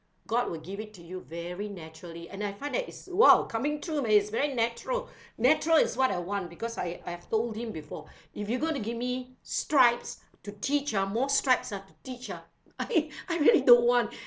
god will give it to you very naturally and I find that is !wow! coming true is very natural natural is what I want because I I've told him before if you gonna give me stripes to teach ah more stripes to teach ah I I really don't want